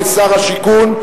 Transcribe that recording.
כשר השיכון,